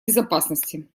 безопасности